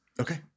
Okay